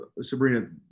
Sabrina